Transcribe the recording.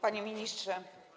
Panie Ministrze!